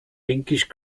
pinkish